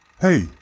Hey